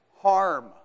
harm